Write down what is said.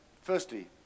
firstly